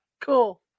Cool